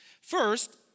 First